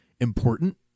important